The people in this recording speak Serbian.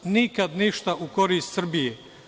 Nikada ništa u korist Srbije.